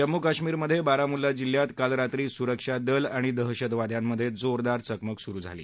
जम्मू कश्मीरमधे बारामुल्ला जिल्ह्यात काल रात्री सुरक्षा दल आणि दहशतवाद्यांमधे जोरदार चकमक सुरु झाली